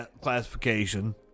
classification